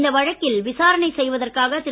இந்த வழக்கில் விசாரணை செய்வதற்காக திரு